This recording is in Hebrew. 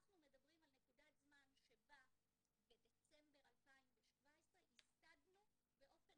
אנחנו מדברים על נקודת זמן שבה בדצמבר 2017 ייסדנו באופן